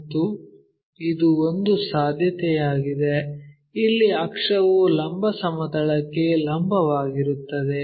ಮತ್ತು ಇದು ಒಂದು ಸಾಧ್ಯತೆಯಾಗಿದೆ ಅಲ್ಲಿ ಅಕ್ಷವು ಲಂಬ ಸಮತಲಕ್ಕೆ ಲಂಬವಾಗಿರುತ್ತದೆ